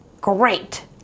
great